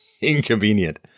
inconvenient